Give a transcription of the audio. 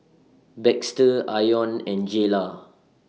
Baxter Ione and Jaylah